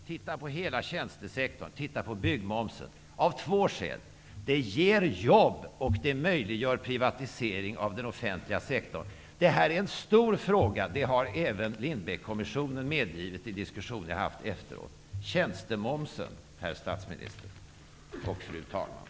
Titta på hela tjänstesektorn, titta på byggmomsen! Det skall vi göra av två skäl. Det ger jobb, och det möjliggör privatisering av den offentliga sektorn. Detta är en stor fråga. Det har även Lindbeckkommissionen medgivit i de diskussioner jag har haft efteråt. Tjänstemomsen, herr statsminister och fru talman!